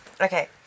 Okay